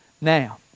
Now